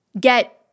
get